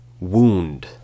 wound